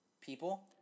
People